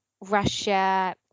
russia